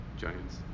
giants